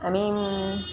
আমি